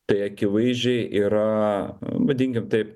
tai akivaizdžiai yra vadinkim taip